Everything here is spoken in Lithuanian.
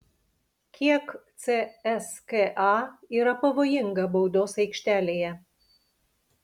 kiek cska yra pavojinga baudos aikštelėje